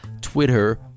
Twitter